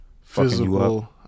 physical